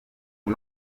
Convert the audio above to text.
ubu